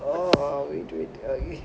we do it